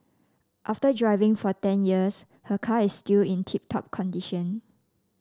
after driving for ten years her car is still in tip top condition